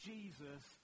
Jesus